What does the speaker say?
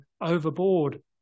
overboard